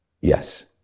Yes